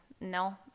no